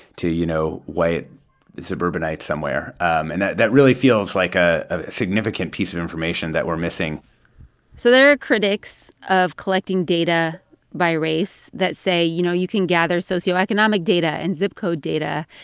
to, you know, white suburbanites somewhere. and that that really feels like a significant piece of information that we're missing so there are critics of collecting data by race that say, you know, you can gather socioeconomic data in zip code data.